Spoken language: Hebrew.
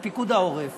את פיקוד העורף